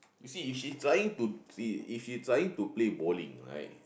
you see if she trying to she if she trying to play bowling right